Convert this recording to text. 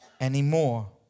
anymore